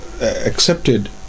accepted